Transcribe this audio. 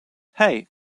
hey